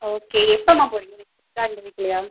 okay எப்போம்மா போகிறீங்க next வீக்கா இந்த வீக்லேயா